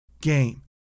game